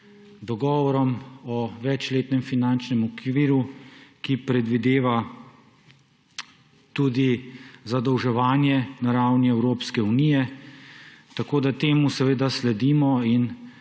dogovorom o večletnem finančnem okviru, ki predvideva tudi zadolževanje na ravni Evropske unije. Temu sledimo in